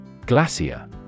Glacier